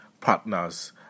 partners